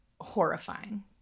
horrifying